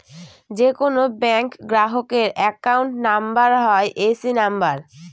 যে কোনো ব্যাঙ্ক গ্রাহকের অ্যাকাউন্ট নাম্বার হয় এ.সি নাম্বার